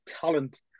talent